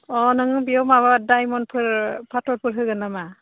अ नों बेयाव माबा दाइमनफोर फाथरफोर होगोन नामा